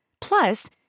Plus